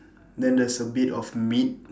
then there's a bit of meat